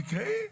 תקראי.